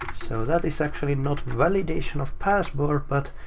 so that is actually not validation of password, but,